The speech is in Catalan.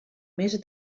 mes